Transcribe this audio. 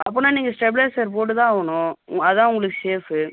அப்பனா நீங்கள் ஸ்டெபிலைஸர் போட்டு தான் ஆகணும் அதான் உங்களுக்கு ஷேஃப்